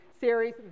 series